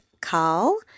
Carl